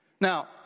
Now